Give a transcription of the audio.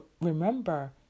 Remember